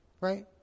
right